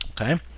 okay